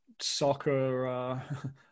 soccer